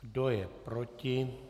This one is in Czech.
Kdo je proti?